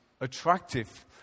attractive